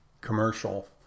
commercial